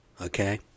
okay